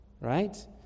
right